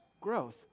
growth